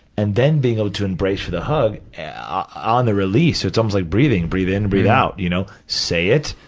and then being able to embrace for the hug, on the release, it's almost like breathing, breathe in, breathe out, you know. say it,